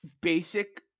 basic